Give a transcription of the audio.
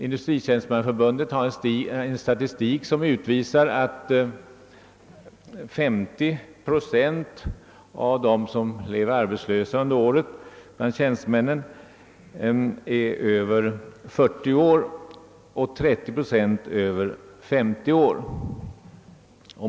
Industritjänstemannaförbundet har en statistik som visar att 50 procent av dem som blir arbetslösa under året bland tjänstemännen är över 40 år och att 30 procent är över 50 år.